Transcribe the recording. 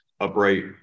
Upright